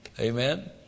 Amen